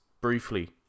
briefly